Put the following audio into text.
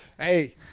Hey